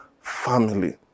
Family